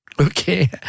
okay